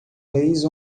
leis